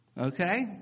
Okay